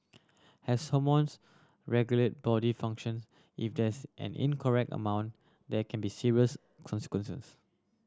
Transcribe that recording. has someone's regulate body functions if there's an incorrect amount there can be serious consequences